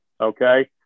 okay